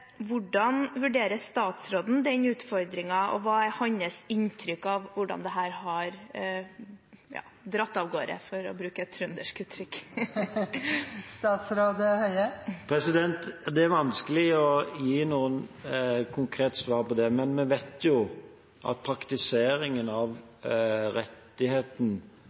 Hvordan vurderer statsråden den utfordringen, og hva er hans inntrykk av hvordan dette har «dratt ivei», for å bruke et trøndersk uttrykk? Det er vanskelig å gi noe konkret svar på det, men vi vet jo når det gjelder praktiseringen av rettigheten